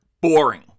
boring